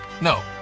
No